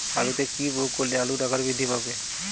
আলুতে কি প্রয়োগ করলে আলুর আকার বৃদ্ধি পাবে?